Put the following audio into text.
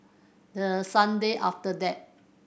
the sunday after that